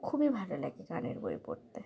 খুবই ভালো লাগে গানের বই পড়তে